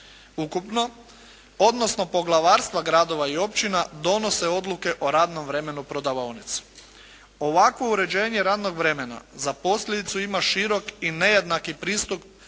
ukupno odnosno poglavarstva gradova i općina donose odluke o radnom vremenu prodavaonica. Ovakvo uređenje radnog vremena za posljedicu ima širok i nejednaki pristup